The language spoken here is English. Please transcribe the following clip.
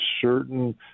certain